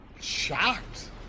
shocked